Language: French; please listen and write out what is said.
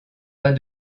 pas